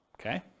okay